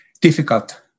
difficult